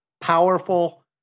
powerful